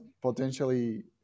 Potentially